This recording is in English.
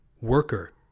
worker